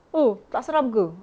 oo tak seram ke